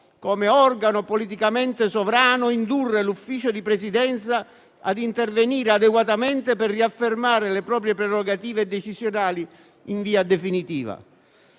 come organo politicamente sovrano, indurre l'Ufficio di Presidenza a intervenire adeguatamente per riaffermare le proprie prerogative decisionali in via definitiva.